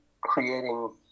creating